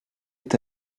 est